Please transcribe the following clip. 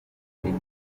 intego